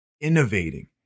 innovating